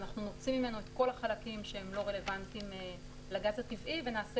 אנחנו נוציא ממנו את כל החלקים שהם לא רלוונטיים לגז הטבעי ונעשה